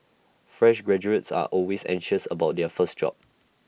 fresh graduates are always anxious about their first job